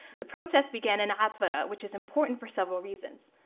the protests began in atbara, which is important for several reasons.